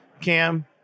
Cam